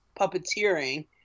puppeteering